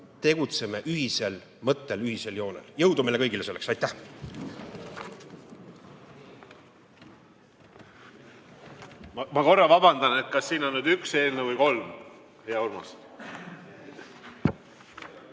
tegutseme ühisel mõttel, ühisel joonel. Jõudu meile kõigile selleks! Aitäh! Ma korra vabandan. Kas siin on nüüd üks eelnõu või kolm, hea Urmas?